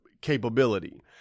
capability